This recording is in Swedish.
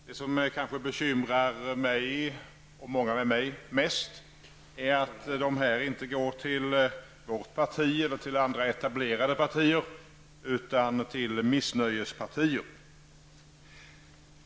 Det som kanske bekymrar mig och många med mig mest är att sympatierna inte övergår till vårt parti eller till andra etablerade partier, utan till missnöjespartier.